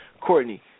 Courtney